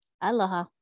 Aloha